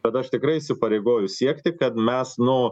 bet aš tikrai įsipareigoju siekti kad mes no